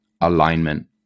alignment